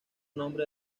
nombre